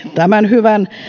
tämän hyvän